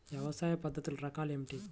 వ్యవసాయ పద్ధతులు రకాలు ఏమిటి?